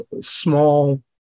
small